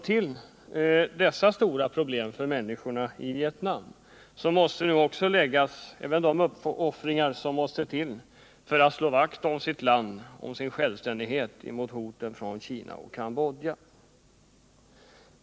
Till dessa stora problem för människorna i Vietnam måste nu läggas även de uppoffringar som krävs för att de skall kunna slå vakt om sitt land och sin självständighet inför hoten från Kina och Kambodja.